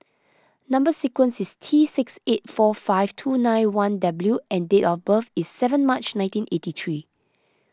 Number Sequence is T six eight four five two nine one W and date of birth is seven March nineteen eighty three